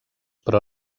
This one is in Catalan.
però